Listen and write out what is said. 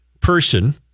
person